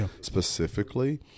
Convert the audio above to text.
specifically